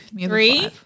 three